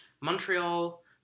Montreal